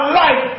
life